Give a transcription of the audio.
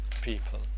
people